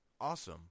Awesome